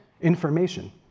information